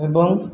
ଏବଂ